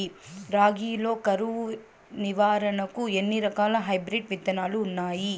రాగి లో కరువు నివారణకు ఎన్ని రకాల హైబ్రిడ్ విత్తనాలు ఉన్నాయి